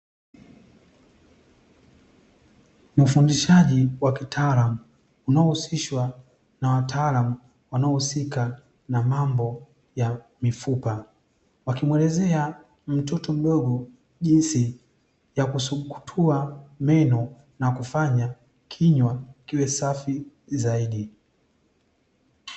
Ni ufundishaji wa kitaalamu, unaohusishwa na wataalamu wanaohusika na mambo ya mifupa, wakimuelezea mtoto mdogo, jinsi ya kusukutua meno na kufanya kinywa kiwe safi zaidi.